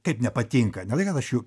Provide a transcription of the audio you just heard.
kaip nepatinka ne tai kad aš jų